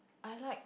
I like